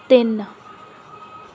ਤਿੰਨ